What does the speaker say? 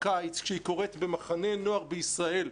בקיץ כשהיא קורית במחנה נוער בישראל,